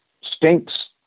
stinks